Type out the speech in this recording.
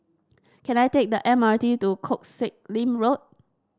can I take the M R T to Koh Sek Lim Road